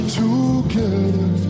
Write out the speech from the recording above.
together